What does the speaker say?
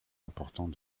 importante